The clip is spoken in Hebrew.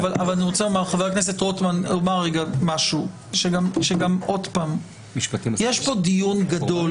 חבר הכנסת רוטמן, עוד פעם, יש פה דיון גדול